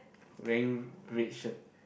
wearing red shirt